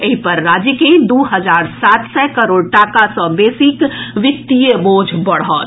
एहि पर राज्य के दू हजार सात सय करोड़ टाका सँ बेसीक वित्तीय बोझ पड़त